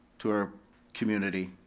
to our community?